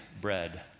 bread